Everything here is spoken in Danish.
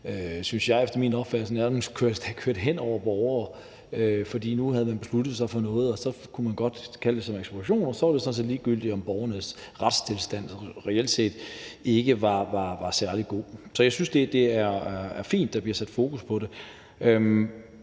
synes jeg, nærmest kørte hen over borgere, fordi man nu havde besluttet sig for noget, og så kunne man godt kalde det ekspropriation, og så var det sådan set ligegyldigt, om borgernes retstilstand reelt set ikke var særlig god. Så jeg synes, det er fint, at der bliver sat fokus på det.